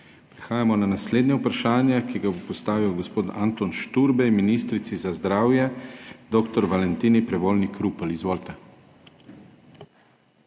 Prehajamo na naslednje vprašanje, ki ga bo postavil gospod Anton Šturbej ministrici za zdravje dr. Valentini Prevolnik Rupel. Izvolite.